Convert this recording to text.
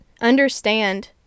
understand